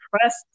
trust